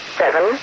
seven